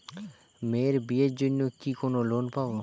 মেয়ের বিয়ের জন্য কি কোন লোন পাব?